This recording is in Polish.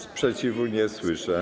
Sprzeciwu nie słyszę.